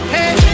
Hey